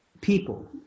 people